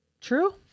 true